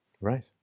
Right